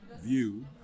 view